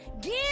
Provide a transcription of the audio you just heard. Give